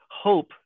hope